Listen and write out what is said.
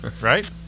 Right